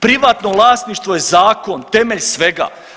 Privatno vlasništvo je zakon, temelj svega.